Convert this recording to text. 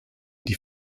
die